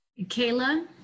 Kayla